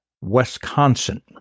Wisconsin